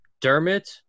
Dermot